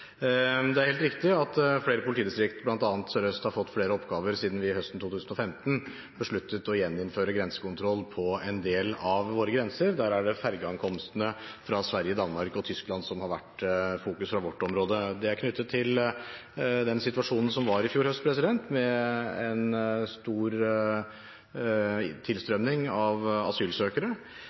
Det er helt riktig at flere politidistrikt, bl.a. Sør-Øst, har fått flere oppgaver siden vi høsten 2015 besluttet å gjeninnføre grensekontroll på en del av våre grenser. Det er fergeankomstene fra Sverige, Danmark og Tyskland som har vært i fokus i vårt område, og det er knyttet til den situasjonen som var i fjor høst med stor tilstrømning av asylsøkere.